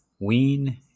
wean